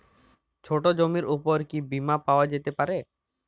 ছোট জমির উপর কি বীমা পাওয়া যেতে পারে?